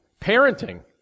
parenting